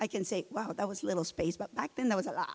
i can say wow there was little space but back then there was a lot